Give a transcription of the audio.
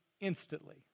instantly